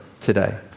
today